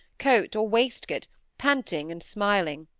coat or waistcoat, panting and smiling.